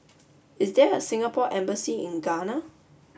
is there a Singapore embassy in Ghana